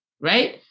right